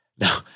No